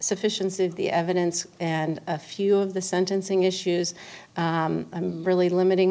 sufficiency of the evidence and a few of the sentencing issues i'm really limiting